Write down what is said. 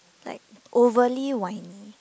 like overly whiny